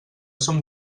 som